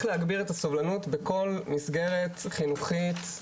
להגביר את הסובלנות בכל מסגרת חינוכית,